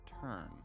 turn